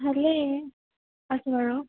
ভালেই আছোঁ আৰু